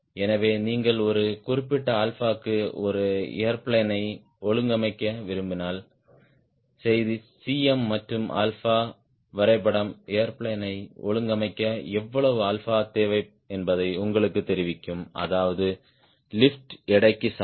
எனவே நீங்கள் ஒரு குறிப்பிட்ட 𝛼 க்கு ஒரு ஏர்பிளேன் யை ஒழுங்கமைக்க விரும்பினால் செய்தி Cm மற்றும் 𝛼 வரைபடம் ஏர்பிளேன் யை ஒழுங்கமைக்க எவ்வளவு ஆல்பா தேவை என்பதை உங்களுக்குத் தெரிவிக்கும் அதாவது லிப்ட் எடைக்கு சமம்